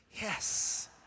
Yes